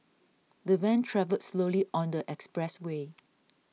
the van travelled slowly on the expressway